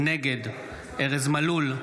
נגד ארז מלול,